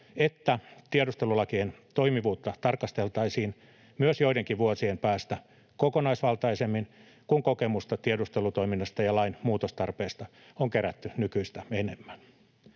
että tiedustelulakien toimivuutta tarkasteltaisiin myös joidenkin vuosien päästä kokonaisvaltaisemmin, kun kokemusta tiedustelutoiminnasta ja ‑lain muutostarpeista on kerätty nykyistä enemmän.